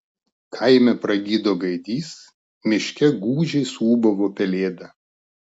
kaime pragydo gaidys miške gūdžiai suūbavo pelėda